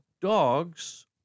dogs